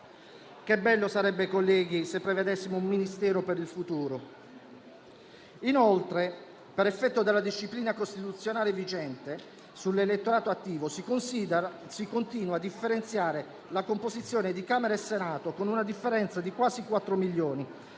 che bello sarebbe se prevedessimo un Ministero per il futuro. Inoltre, per effetto della disciplina costituzionale vigente sull'elettorato attivo si continua a differenziare la composizione di Camera e Senato con una differenza di quasi 4 milioni,